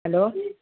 hello